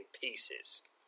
pieces